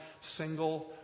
single